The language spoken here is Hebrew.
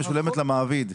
היא משולמת למעביד.